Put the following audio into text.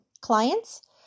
clients